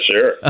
sure